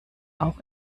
auch